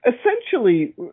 essentially